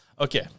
Okay